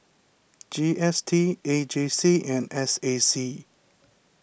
G S T A J C and S A C